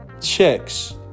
checks